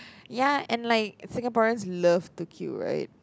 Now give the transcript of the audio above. ya and like Singaporeans love to queue right